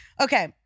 Okay